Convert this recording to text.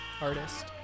artist